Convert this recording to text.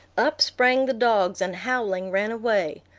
up sprang the dogs, and, howling, ran away.